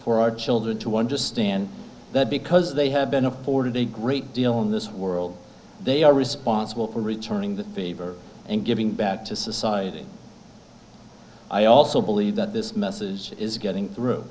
for our children to understand that because they have been afforded a great deal in this world they are responsible for returning the favor and giving back to society i also believe that this message is getting through